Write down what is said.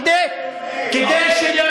כדי,